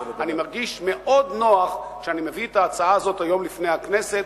אני מרגיש מאוד נוח שאני מביא את ההצעה הזאת היום לפני הכנסת,